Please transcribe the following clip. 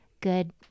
good